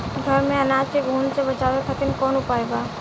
घर में अनाज के घुन से बचावे खातिर कवन उपाय बा?